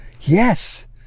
Yes